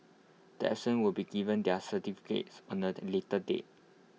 the absence will be given their certificates on A later date